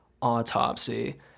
autopsy